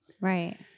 Right